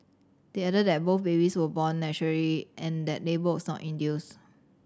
they added that both babies were born naturally and that labour was not induced